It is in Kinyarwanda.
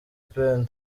pendo